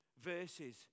verses